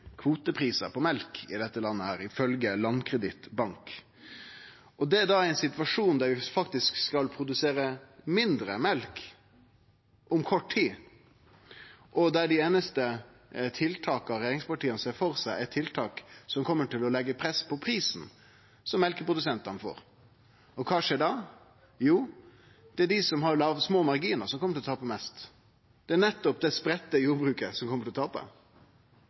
kvoteprisar på mjølk i dette landet, ifølgje Landkreditt Bank – og det i ein situasjon der vi faktisk skal produsere mindre mjølk om kort tid, og der dei einaste tiltaka regjeringspartia ser for seg, er tiltak som kjem til å leggje press på prisen som mjølkeprodusentane får. Og kva skjer da? Jo, det er dei som har små marginar, som kjem til å tape mest. Det er nettopp det spreidde jordbruket som kjem til